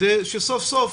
כדי שסוף סוף